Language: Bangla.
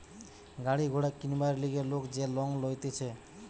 গাড়ি ঘোড়া কিনবার লিগে লোক যে লং লইতেছে